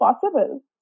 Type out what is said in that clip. possible